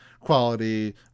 quality